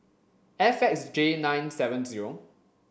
F X J nine seven zero